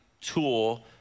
tool